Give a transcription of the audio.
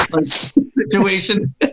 situation